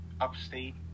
upstate